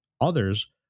Others